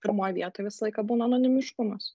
pirmoj vietoj visą laiką būna anonimiškumas